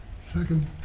Second